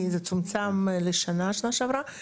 כי זה צומצם לשנה בשנה שעברה לשנה,